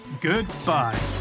goodbye